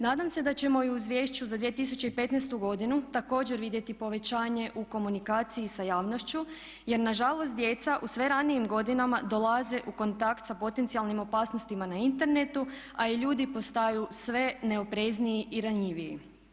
Nadam se da ćemo i u izvješću za 2015. godinu također vidjeti povećanje u komunikaciji sa javnošću jer nažalost djeca u sve ranijim godinama dolaze u kontakt sa potencijalnim opasnostima na internetu a i ljudi postaju sve neoprezniji i ranjiviji.